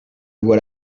vois